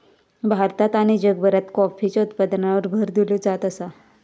भारतात आणि जगभरात कॉफीच्या उत्पादनावर भर दिलो जात आसा